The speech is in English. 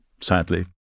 sadly